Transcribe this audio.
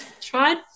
Tried